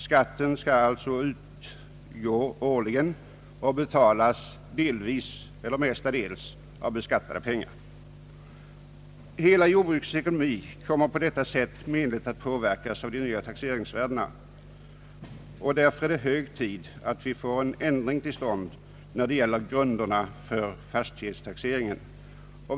Skatten skall således utgå årligen och betalas delvis — eller mestadels — av redan beskattade pengar. Hela jordbrukets ekonomi kommer på detta sätt menligt att påverkas av de nya taxeringsvärdena. Därför är det hög tid att vi får en ändring till stånd när det gäller grunderna för fastighetstaxeringen.